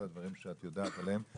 כל הדברים שאת יודעת עליהם,